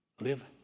live